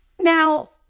Now